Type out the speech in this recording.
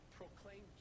proclaim